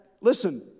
Listen